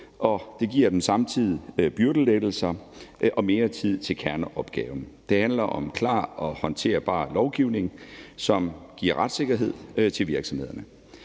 det giver dem samtidig byrdelettelser og mere tid til kerneopgaven. Det handler om klar og håndterbar lovgivning, som giver retssikkerhed til virksomhederne.